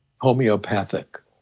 homeopathic